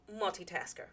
multitasker